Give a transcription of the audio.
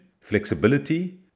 flexibility